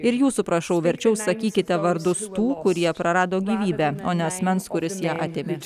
ir jūsų prašau verčiau sakykite vardus tų kurie prarado gyvybę o ne asmens kuris ją atėmė